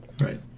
right